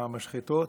המשחטות.